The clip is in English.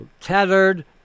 tethered